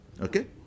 Okay